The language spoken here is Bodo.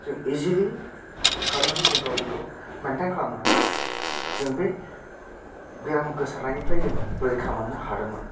जों इजिलि खालामनानै जों गावजोंगाव मेन्टेन खालामनानै जों बे बेराम गोसारनायनिफ्राइ जोङो रैखा मोनो हादोंमोन